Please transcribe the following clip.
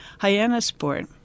Hyannisport